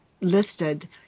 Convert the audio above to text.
listed